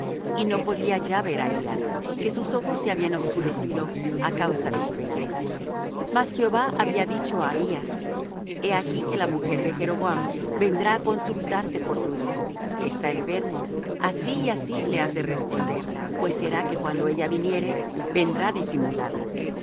y no podía ya ver ahías que sus ojos se habían oscurecido á causa de su vejez mas jehová había dicho á ahías he aquí que la mujer de jeroboam vendrá á consultarte por su hijo que está enfermo así y así le has de responder pues será que cuando ella viniere vendrá disimulada y